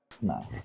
No